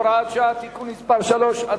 הוראת שעה) (תיקון מס' 3),